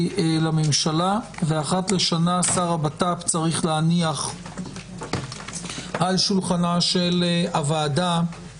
לממשלה ואחת לשנה שר הבט"פ צריך להניח על שולחנה של הוועדה